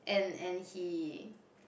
and and he